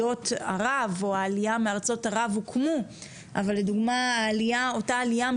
לעלייה מארצות ערב הוקמו אבל לגבי העלייה בשנות